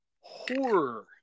horror